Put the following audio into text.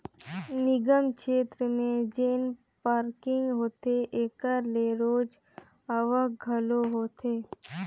निगम छेत्र में जेन पारकिंग होथे एकर ले रोज आवक घलो होथे